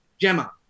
Gemma